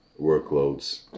workloads